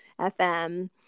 FM